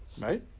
right